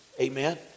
Amen